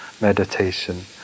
meditation